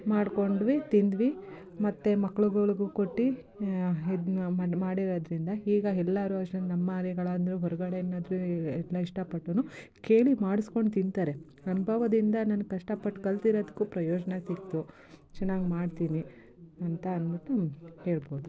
ಮಾಡಿಕೊಂಡ್ವಿ ತಿಂದಿವಿ ಮತ್ತೆ ಮಕ್ಳುಗಳ್ಗು ಕೊಟ್ಟು ಇದು ನಾವು ಮಾಡಿ ಮಾಡಿರೋದರಿಂದ ಹೀಗ ಎಲ್ಲಾರು ಅಷ್ಟೆ ಅಂದರು ಹೊರಗಡೆನಾದ್ರು ಎಲ್ಲ ಇಷ್ಟ ಪಟ್ರು ಕೇಳಿ ಮಾಡ್ಸ್ಕೊಂಡು ತಿನ್ತಾರೆ ಅನುಭವದಿಂದ ನಾನು ಕಷ್ಟ ಪಟ್ಟು ಕಲ್ತಿರೋದ್ಕು ಪ್ರಯೋಜನ ಸಿಕ್ಕಿತು ಚೆನ್ನಾಗಿ ಮಾಡ್ತೀನಿ ಅಂತ ಅಂದ್ಬಿಟ್ಟು ಹೇಳ್ಬೋದು